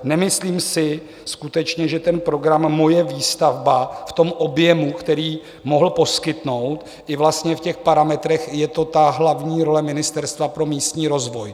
Nemyslím si skutečně, že ten program Moje výstavba v objemu, který mohl poskytnout, i vlastně v parametrech je to ta hlavní role Ministerstva pro místní rozvoj.